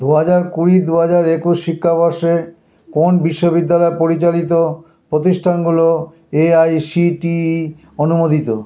দু হাজার কুড়ি দু হাজার একুশ শিক্ষাবর্ষে কোন বিশ্ববিদ্যালয় পরিচালিত প্রতিষ্ঠানগুলো A I C T E অনুমোদিত